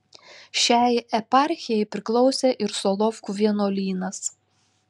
šiai eparchijai priklausė ir solovkų vienuolynas